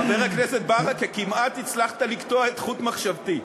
חבר הכנסת ברכה, כמעט הצלחת לקטוע את חוט מחשבתי.